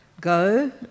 Go